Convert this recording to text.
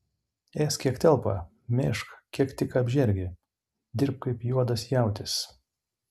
ėsk kiek telpa mėžk kiek tik apžergi dirbk kaip juodas jautis